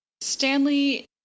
Stanley